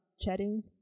chatting